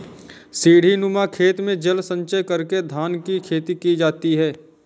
सीढ़ीनुमा खेत में जल संचय करके धान की खेती की जाती है